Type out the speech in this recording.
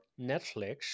Netflix